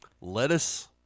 lettuce